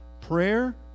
Prayer